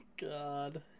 God